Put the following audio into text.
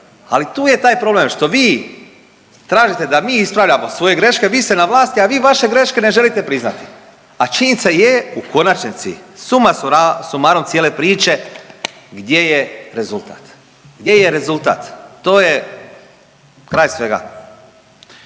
Ali tu je taj problem što vi tražite da mi ispravljamo svoje greške, vi ste na vlasti, a vi vaše greške ne želite priznati. A činjenica je u konačnici suma sumarum cijele priče, gdje je rezultat. Gdje je rezultat, to je kraj svega.